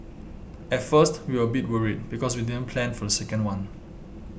at first we were a bit worried because we didn't plan for the second one